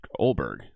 Olberg